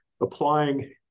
applying